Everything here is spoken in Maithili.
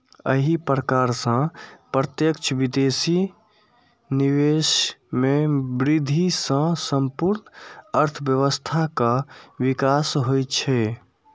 एहि प्रकार सं प्रत्यक्ष विदेशी निवेश मे वृद्धि सं संपूर्ण अर्थव्यवस्थाक विकास होइ छै